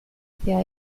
hacia